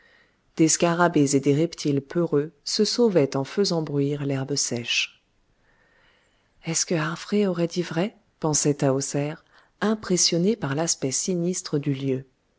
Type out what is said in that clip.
des scarabées et des reptiles peureux se sauvaient en faisant bruire l'herbe sèche est-ce que harphré aurait dit vrai pensait tahoser impressionnée par l'aspect sinistre du lieu